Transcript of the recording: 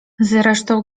zresztą